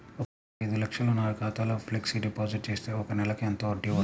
ఒక ఐదు లక్షలు నా ఖాతాలో ఫ్లెక్సీ డిపాజిట్ చేస్తే ఒక నెలకి ఎంత వడ్డీ వర్తిస్తుంది?